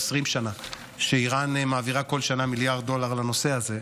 20 שנה שאיראן מעבירה כל שנה מיליארד דולר לנושא הזה,